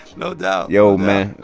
no doubt yo, man.